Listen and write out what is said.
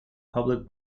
public